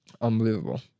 Unbelievable